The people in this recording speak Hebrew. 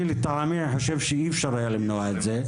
לטעמי, אני חושב שאי-אפשר היה למנוע את זה.